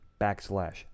backslash